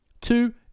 Two